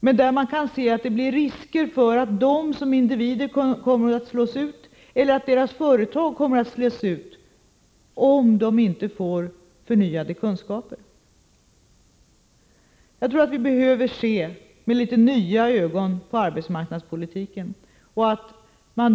men där man kan se risker för att de som individer eller deras företag slås ut om de inte får förnyade kunskaper. Jag tror att vi behöver se på arbetsmarknadspolitiken med nya ögon.